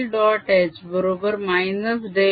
h बरोबर -del